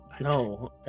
No